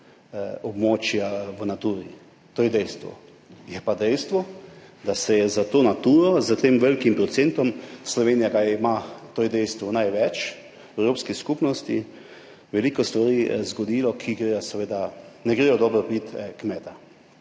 območja v Naturi, to je dejstvo. Je pa dejstvo, da se je za to Naturo s tem velikim procentom, Slovenija ga ima, to je dejstvo, največ Evropske skupnosti, veliko stvari zgodilo, ki seveda ne gre v dobrobit kmeta,